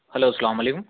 hello سلام علیکم